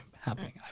happening